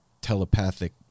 telepathic